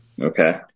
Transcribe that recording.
Okay